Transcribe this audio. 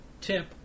tip